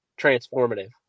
transformative